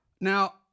Now